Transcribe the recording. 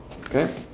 okay